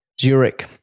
Zurich